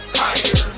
higher